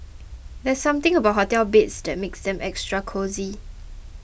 there's something about hotel beds that makes them extra cosy